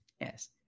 yes